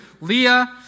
Leah